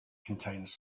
contains